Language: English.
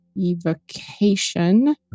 Evocation